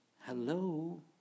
Hello